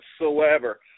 whatsoever